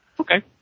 Okay